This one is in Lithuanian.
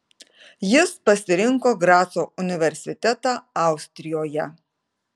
jis pasirinko graco universitetą austrijoje